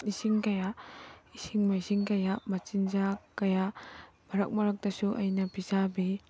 ꯏꯁꯤꯡ ꯀꯌꯥ ꯏꯁꯤꯡ ꯃꯥꯏꯁꯤꯡ ꯀꯌꯥ ꯃꯆꯤꯟꯖꯥꯛ ꯀꯌꯥ ꯃꯔꯛ ꯃꯔꯛꯇꯁꯨ ꯑꯩꯅ ꯄꯤꯖꯕꯤ